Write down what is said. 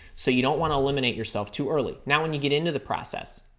so, you don't want to eliminate yourself too early. now, when you get into the process,